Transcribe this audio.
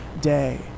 day